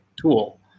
tool